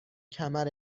کمر